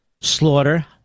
slaughter